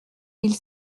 mille